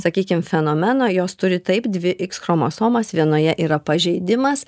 sakykim fenomeno jos turi taip dvi iks chromosomas vienoje yra pažeidimas